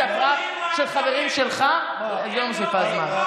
זו הפרעה של חברים שלך, אני לא מוסיפה זמן.